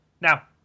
Now